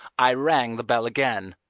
i rang the bell again.